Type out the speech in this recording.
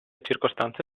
circostanze